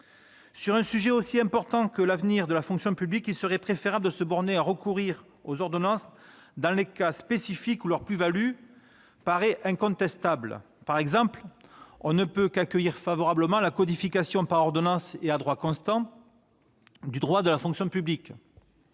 Sur un sujet aussi important que celui de l'avenir de la fonction publique, il serait préférable de se borner à recourir aux ordonnances dans les cas spécifiques où leur plus-value paraît incontestable. Par exemple, on ne peut qu'accueillir favorablement la codification, par ordonnance et à droit constant, du droit de la fonction publique.